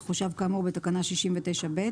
יחושב כאמור בתקנה 69(ב).